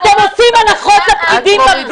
אתם עושים הנחות לפקידים.